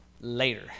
later